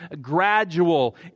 gradual